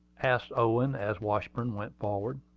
asked owen, as washburn went forward.